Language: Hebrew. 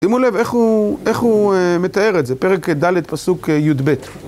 שימו לב איך הוא מתאר את זה, פרק ד' פסוק יב'